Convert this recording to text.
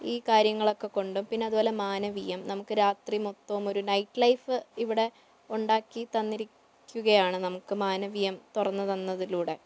ഈ കാര്യങ്ങളൊക്കെ കൊണ്ട് പിന്നെ അതുപോലെ മാനവീയം നമുക്ക് രാത്രി മൊത്തം ഒരു നൈറ്റ് ലൈഫ് ഇവിടെ ഉണ്ടാക്കി തന്നിരിക്കുകയാണ് നമുക്ക് മാനവീയം തുറന്ന് തന്നതിലൂടെ